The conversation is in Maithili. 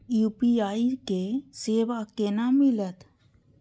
यू.पी.आई के सेवा केना मिलत?